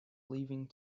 leaving